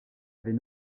avait